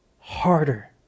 harder